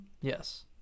yes